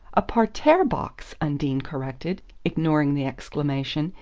a parterre box, undine corrected, ignoring the exclamation,